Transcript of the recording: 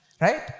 right